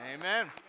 Amen